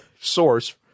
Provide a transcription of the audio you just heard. source